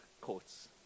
courts